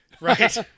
Right